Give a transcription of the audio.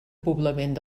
poblament